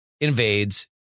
invades